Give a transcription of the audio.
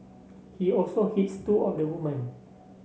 he also hits two of the woman